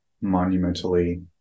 monumentally